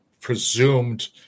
presumed